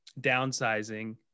downsizing